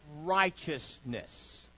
righteousness